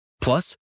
Plus